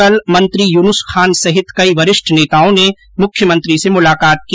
कल मंत्री युन्स खान सहित कई वरिष्ठ नेताओं ने मुख्यमंत्री से मुलाकात की